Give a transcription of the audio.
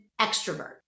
extrovert